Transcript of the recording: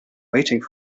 waiting